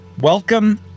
Welcome